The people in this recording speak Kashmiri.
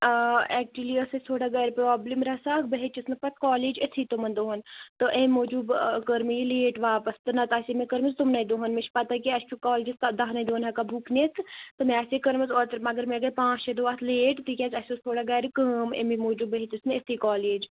اۭ ایٚکچُؤلی اسہِ ٲس تھوڑا گَرِ پرٛابلِم رَژھا بہٕ ہیٚچِس نہٕ کالج یِتھٕے تِمَن دۄہَن تہٕ امہِ موٗجوٗب کٕر مےٚ یہِ لیٹ واپَس نَہ تہٕ آسِہا مےٚ کٔرمٕژ تِمنےٕ دۄہَن مےٚ چھِ پَتہہ کہِ اَسہِ چھُ کالجہِ دَہنےٕ دۄہَن ہیٚکان بُک نِتھ تہٕ مےٚ آسِہا کٕرمٕژ اووترٕ مگر مےٚ گےٕ پانٛژ شےٚ دۄہ اَتھ لیٚٹ تِکیاز اسہِ ٲس تھوڑا گَرِ کٲم اَمی موٗجوٗب بہٕ ہیچِس نہٕ یِتھٕے کالج